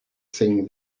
sing